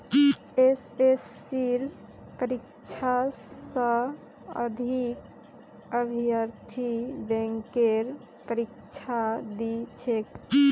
एसएससीर परीक्षा स अधिक अभ्यर्थी बैंकेर परीक्षा दी छेक